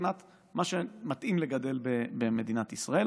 מבחינת מה שמתאים לגדל במדינת ישראל,